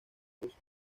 ruso